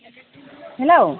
hello